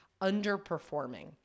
underperforming